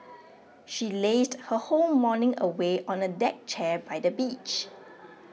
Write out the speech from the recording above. she lazed her whole morning away on a deck chair by the beach